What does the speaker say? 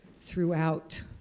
throughout